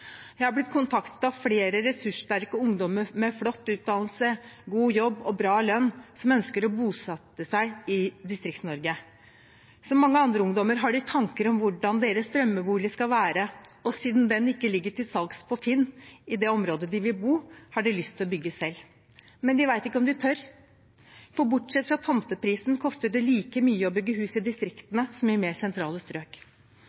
Jeg har blitt kontaktet av flere ressurssterke ungdommer med flott utdannelse, god jobb og bra lønn som ønsker å bosette seg i Distrikts-Norge. Som mange andre ungdommer har de tanker om hvordan deres drømmebolig skal være, og siden den ikke ligger til salgs på finn.no i det området de vil bo, har de lyst til å bygge selv. Men de vet ikke om de tør, for bortsett fra tomteprisen koster det like mye å bygge hus i distriktene som i mer sentrale strøk.